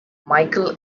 michael